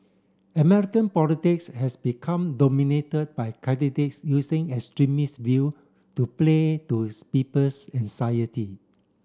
American politics has become dominated by candidates using extremist view to play to people's anxiety